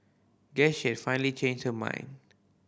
guess she had finally changed her mind